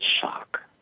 shock